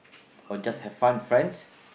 or just have fun friends